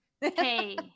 Hey